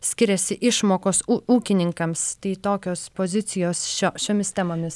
skiriasi išmokos ū ūkininkams tai tokios pozicijos šio šiomis temomis